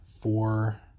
four